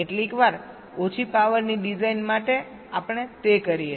કેટલીકવાર ઓછી પાવરની ડિઝાઇન માટે આપણે તે કરીએ છીએ